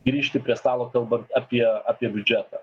grįžti prie stalo kalbant apie apie biudžetą